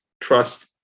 trust